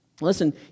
Listen